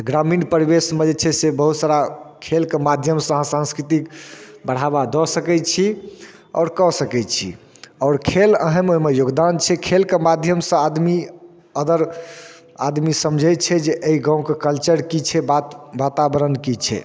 ग्रामीण परिवेशमे जे छै से बहुत सरा खेलके माध्यमसँ अहाँ सांस्कृतिक बढ़ावा दऽ सकइ छी आओर कऽ सकय छी आओर खेल अहम ओइमे योगदान छै खेलके माध्यमसँ आदमी अगर आदमी समझइ जे छै जे अइ गावँके कल्चरके छै बात वातावरण की छै